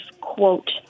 quote